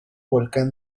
volcán